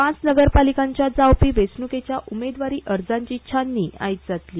पांच नगरपालिकांच्या जावपी वेंचणुकेच्या उमेदवारी अर्जांची छाननी आयज जातली